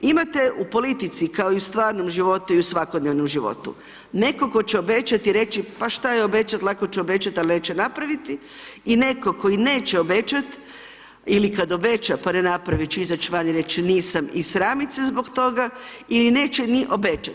Imate u politici, kao i u stvarno životu i u svakodnevnom životu, netko tko će obećao i reći, pa šta je obećao, lako će obećati i neće napraviti i netko koji neće obećati, ili kada obeća pa ne napravi, će izaći van, će reći nisam i sramiti se zbog toga ili neće ni obećati.